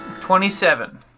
Twenty-seven